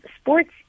sports